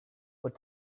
what